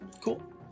Cool